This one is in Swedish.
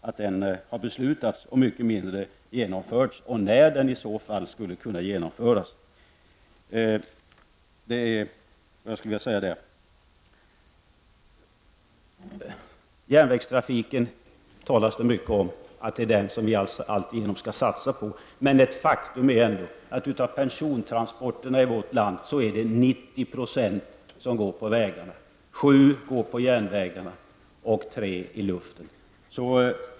Än mindre har det talats om när och hur en sådan sak skall kunna genomföras. Det har sagts att järnvägstrafik är det som vi skall satsa på. Ett faktum är dock att persontransporterna i vårt land till 90 % sker på vägarna. 7 % sker per järnväg och 3 % i luften.